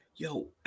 Yo